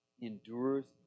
endures